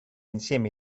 insieme